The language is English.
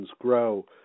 grow